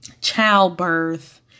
childbirth